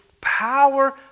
power